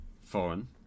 foreign